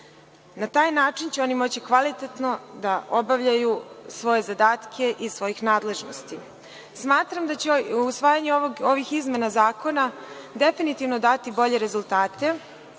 Na taj način će oni moći kvalitetno da obavljaju svoje zadatke iz svojih nadležnosti. Smatram da će usvajanje ovih izmena zakona definitivno dati bolje rezultate,